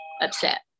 upset